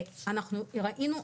אנחנו ראינו,